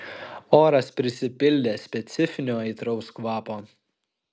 oras prisipildė specifinio aitraus kvapo